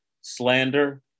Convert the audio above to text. slander